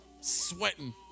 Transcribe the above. Sweating